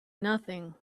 nothing